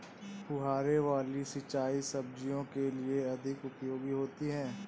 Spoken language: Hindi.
फुहारे वाली सिंचाई सब्जियों के लिए अधिक उपयोगी होती है?